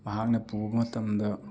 ꯃꯍꯥꯛꯅ ꯄꯨꯕ ꯃꯇꯝꯗ